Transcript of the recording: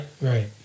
Right